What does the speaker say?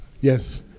Yes